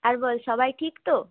আর বল সবাই ঠিক তো